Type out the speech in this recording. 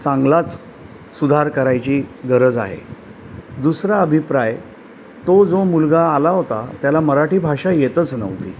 चांगलाच सुधार करायची गरज आहे दुसरा अभिप्राय तो जो मुलगा आला होता त्याला मराठी भाषा येतच नव्हती